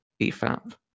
eFap